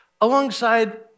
alongside